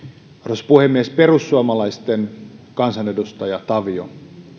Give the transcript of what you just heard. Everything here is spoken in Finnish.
arvoisa puhemies perussuomalaisten kansanedustaja tavio